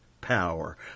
power